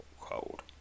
cold